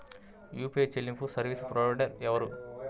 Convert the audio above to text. UPI చెల్లింపు service provider ఎవరు?